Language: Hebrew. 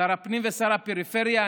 שר הפנים ושר הפריפריה,